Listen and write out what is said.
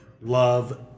love